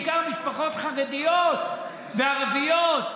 בעיקר משפחות חרדיות וערביות,